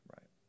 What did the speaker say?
right